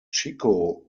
chico